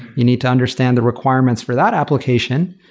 you need to understand the requirements for that application.